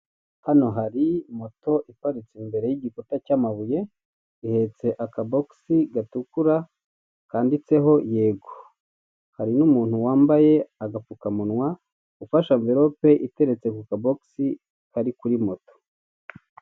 Hano hari moto iparitse imbere y'igikuta cy'amabuye ihetse akabogisi gatukura kanditseho yego. Hariho umuntu wambaye agapfukamunwa ufashe amvelope iteretse ku kabogisi kari kuri moto.